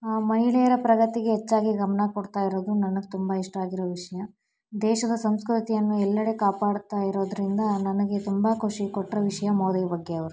ಮಹಿಳೆಯರ ಪ್ರಗತಿಗೆ ಹೆಚ್ಚಾಗಿ ಗಮನ ಕೊಡ್ತಾ ಇರೋದು ನನಗೆ ತುಂಬ ಇಷ್ಟ ಆಗಿರೋ ವಿಷಯ ದೇಶದ ಸಂಸ್ಕೃತಿಯನ್ನು ಎಲ್ಲೆಡೆ ಕಾಪಾಡ್ತಾ ಇರೋದರಿಂದ ನನಗೆ ತುಂಬ ಖುಷಿ ಕೊಟ್ರೋ ವಿಷಯ ಮೋದಿ ಬಗ್ಗೆ ಅವರು